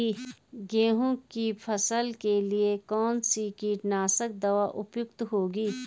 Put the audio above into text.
गेहूँ की फसल के लिए कौन सी कीटनाशक दवा उपयुक्त होगी?